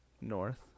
North